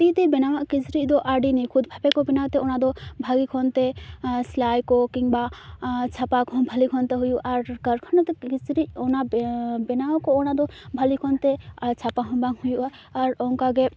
ᱛᱤᱛᱮ ᱵᱮᱱᱟᱣᱟᱜ ᱠᱤᱪᱨᱤᱡᱽᱫᱚ ᱟᱹᱰᱤ ᱱᱤᱠᱷᱩᱛ ᱵᱷᱟᱵᱮᱠᱚ ᱵᱮᱱᱟᱣᱛᱮ ᱚᱱᱟᱫᱚ ᱵᱷᱟᱹᱜᱤ ᱠᱷᱚᱱᱛᱮ ᱥᱮᱞᱟᱭᱠᱚ ᱠᱤᱢᱵᱟ ᱪᱷᱟᱯᱟ ᱠᱚᱦᱚᱸ ᱵᱷᱟᱹᱞᱤ ᱠᱷᱚᱱᱛᱮ ᱦᱩᱭᱩᱜᱼᱟ ᱟᱨ ᱠᱟᱨᱠᱷᱟᱱᱟ ᱫᱚ ᱯᱩᱨᱟᱹᱯᱩᱨᱤ ᱚᱱᱟ ᱵᱮᱱᱟᱣᱟᱠᱚ ᱚᱱᱟᱫᱚ ᱵᱷᱟᱹᱞᱤ ᱠᱷᱚᱱᱛᱮ ᱪᱷᱟᱯᱟᱦᱚᱸ ᱵᱟᱝ ᱦᱩᱭᱩᱜᱼᱟ ᱟᱨ ᱚᱱᱠᱟᱜᱮ